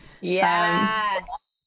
yes